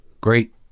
Great